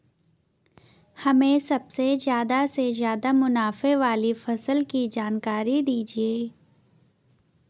हमें सबसे ज़्यादा से ज़्यादा मुनाफे वाली फसल की जानकारी दीजिए